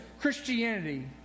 Christianity